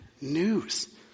news